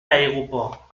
l’aéroport